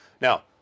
Now